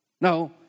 No